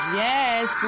yes